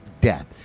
death